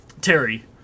Terry